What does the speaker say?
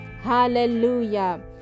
Hallelujah